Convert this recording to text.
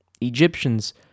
Egyptians